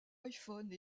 iphone